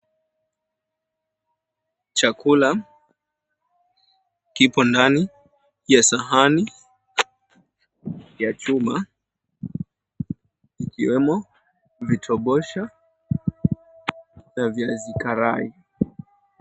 Chakula kipo ndani ya sahani ya chuma ikiwembo vitobosha na viazi karai.